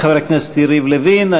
תודה לחבר הכנסת יריב לוין.